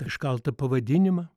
iškaltą pavadinimą